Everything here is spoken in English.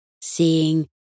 seeing